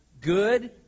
Good